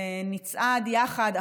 ונצעד יחד,